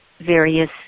various